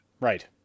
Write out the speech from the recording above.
right